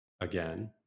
again